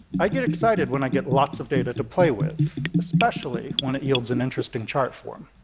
i get excited when i get lots of data to play with, especially when it yields an interesting chart form.